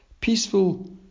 Peaceful